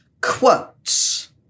quotes